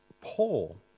Paul